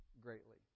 greatly